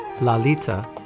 Lalita